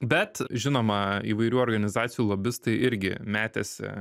bet žinoma įvairių organizacijų lobistai irgi metėsi